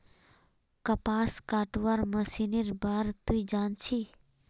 कपास कटवार मशीनेर बार तुई जान छि